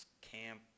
Camp